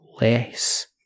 less